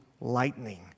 lightning